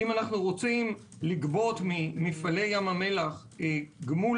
אם אנו רוצים לגבות ממפעלי ים המלח גמול